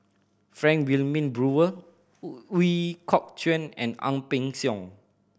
Frank Wilmin Brewer Ooi Kok Chuen and Ang Peng Siong